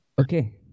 okay